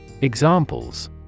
Examples